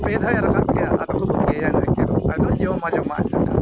ᱯᱮ ᱫᱷᱟᱣ ᱮ ᱨᱟᱠᱟᱵ ᱠᱮᱜᱼᱟ